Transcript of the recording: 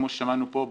כמו ששמענו פה,